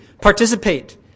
participate